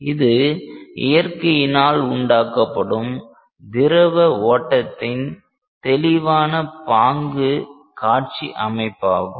இது இயற்கையினால் உண்டாக்கப்படும் திரவ ஓட்டத்தின் தெளிவான பாங்கு காட்சி அமைப்பாகும்